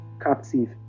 captive